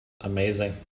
Amazing